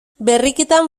berrikitan